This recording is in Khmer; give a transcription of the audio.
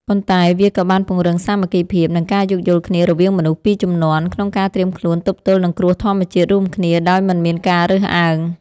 ប៉ុន្តែវាក៏បានពង្រឹងសាមគ្គីភាព និងការយោគយល់គ្នារវាងមនុស្សពីរជំនាន់ ក្នុងការត្រៀមខ្លួនទប់ទល់នឹងគ្រោះធម្មជាតិរួមគ្នាដោយមិនមានការរើសអើង។